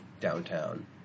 downtown